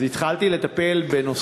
אז התחלתי לטפל בנושאים,